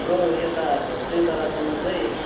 हाम्रो यता धोत्रे बालसनमा चाहिँ